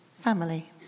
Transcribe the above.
family